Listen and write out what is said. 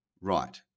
right